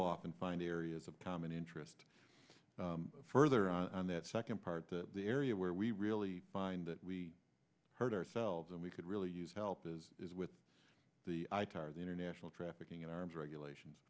and find areas of common interest further on that second part to the area where we really find that we hurt ourselves and we could really use help as is with the international trafficking in arms regulations